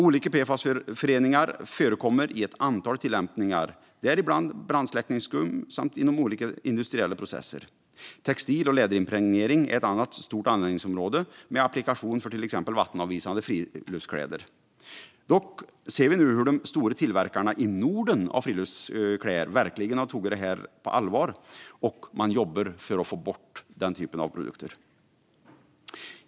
Olika PFAS-föreningar förekommer i ett antal tillämpningar, däribland brandsläckningsskum samt inom olika industriella processer. Textil och läderimpregnering är ett annat stort användningsområde med applikation för till exempel vattenavvisande friluftskläder. Dock ser vi nu hur de stora tillverkarna av friluftskläder i Norden verkligen har tagit detta på allvar och jobbar för att få bort den typen av produkter.